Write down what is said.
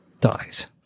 dies